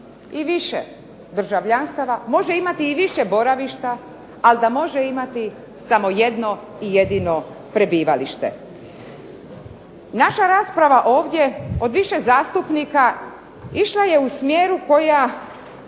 i više državljanstava, može imati i više boravišta, ali da može imati samo jedno i jedino prebivalište. Naša rasprava ovdje od više zastupnika išla je u smjeru koja